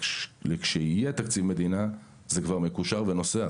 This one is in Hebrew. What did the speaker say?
ולכשיהיה תקציב מדינה, זה כבר מקושר ונוסע.